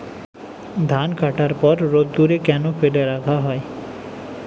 ধান কাটার পর রোদ্দুরে কেন ফেলে রাখা হয়?